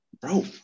Bro